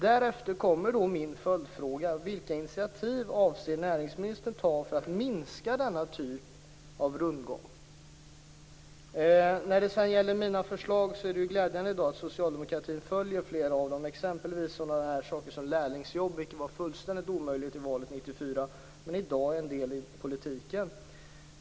När det gäller mina förslag är det glädjande att socialdemokraterna följer flera av dem. Exempelvis gäller det då en sådan sak som lärlingsjobben. I valet 1994 var ju detta något som var fullständigt omöjligt men i dag är det en del av politiken.